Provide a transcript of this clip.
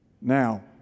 Now